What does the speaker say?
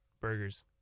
Burgers